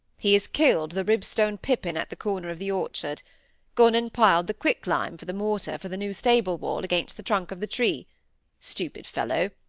he has killed the ribstone pippin at the corner of the orchard gone and piled the quicklime for the mortar for the new stable wall against the trunk of the tree stupid fellow!